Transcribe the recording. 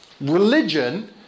religion